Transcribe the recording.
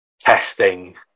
testing